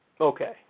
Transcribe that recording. Okay